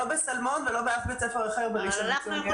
לא בסלמון ולא באף בית ספר אחר בראשון לציון.